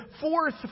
fourth